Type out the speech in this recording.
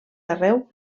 arreu